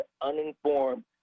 uninformed